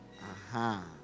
Aha